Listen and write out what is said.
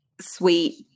sweet